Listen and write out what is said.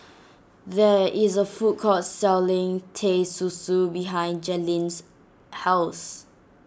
there is a food court selling Teh Susu behind Jalen's house